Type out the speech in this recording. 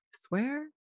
swear